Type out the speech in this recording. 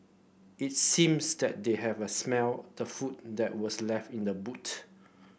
it seems that they have a smelt the food that were left in the boot